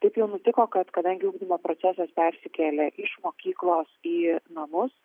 taip jau nutiko kad kadangi ugdymo procesas persikėlė iš mokyklos į namus